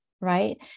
right